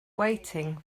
waiting